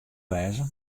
wêze